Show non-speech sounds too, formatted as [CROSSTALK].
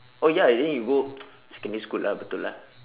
oh ya then you go [NOISE] secondary school lah betul lah